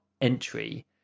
entry